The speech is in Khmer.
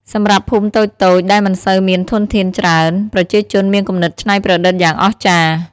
សម្រាប់ភូមិតូចៗដែលមិនសូវមានធនធានច្រើន ប្រជាជនមានគំនិតច្នៃប្រឌិតយ៉ាងអស្ចារ្យ។